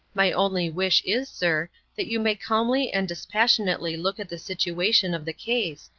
my only wish is, sir, that you may calmly and dispassionately look at the situation of the case,